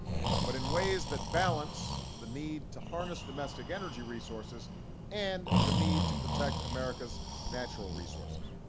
but in ways that balance the need to harness domestic energy resources and the need to protect america's natural resources.